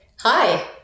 Hi